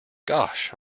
gosh